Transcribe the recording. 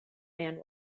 man